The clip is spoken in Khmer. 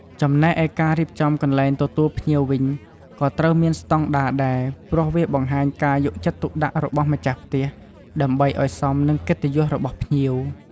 ចំណែកឯការរៀបចំកន្លែងទទួលភ្លៀងវិញក៏ត្រូវមានស្តង់ដាដែរ ព្រោះវាបង្ហាញការយកចិត្តរបស់ម្ចាស់ផ្ទះ ដើម្បីឱ្យសមនឹងកិត្តិយសរបស់ភ្ញៀវ។